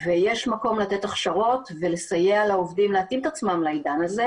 ויש מקום לתת הכשרות ולסייע לעובדים להתאים את עצמם לעידן הזה.